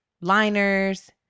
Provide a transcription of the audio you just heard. liners